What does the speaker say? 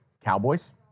Cowboys